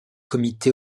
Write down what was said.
comité